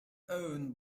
owned